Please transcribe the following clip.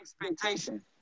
expectation